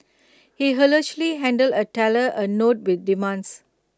he allegedly handed A teller A note with demands